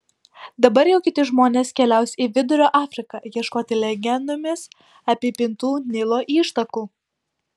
dabar jau kiti žmonės keliaus į vidurio afriką ieškoti legendomis apipintų nilo ištakų